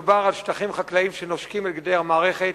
מדובר על שטחים חקלאיים שנושקים לגדר המערכת,